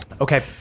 Okay